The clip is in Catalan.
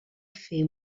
fer